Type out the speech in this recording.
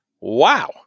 Wow